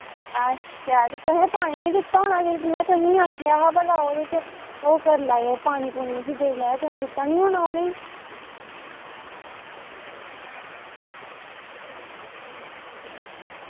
अच्छा ते तुसें पानी निं दित्ता होना में तुसेंगी आखेआ हा भला ओह्दे च ओह् करी लैएओ पानी पूनी उसी देई लैएओ तुसेंगी चेत्ता निं होना उ'नेंई